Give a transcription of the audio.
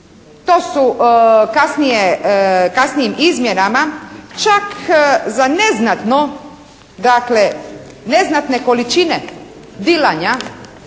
To su kasnijim izmjenama čak za neznatno dakle